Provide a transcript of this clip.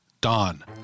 Dawn